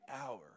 hour